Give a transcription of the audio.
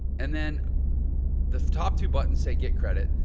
and then the top two buttons say get credit.